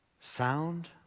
sound